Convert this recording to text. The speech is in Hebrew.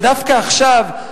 ודווקא עכשיו,